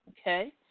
Okay